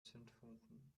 zündfunken